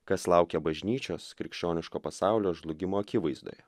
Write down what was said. kas laukia bažnyčios krikščioniško pasaulio žlugimo akivaizdoje